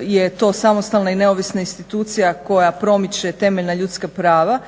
je to samostalna i neovisna institucija koja promiče temeljna ljudska prava.